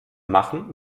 machen